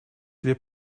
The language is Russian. себе